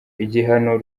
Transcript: igihano